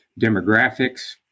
demographics